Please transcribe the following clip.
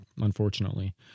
unfortunately